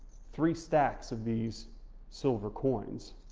three stacks of these silver coins.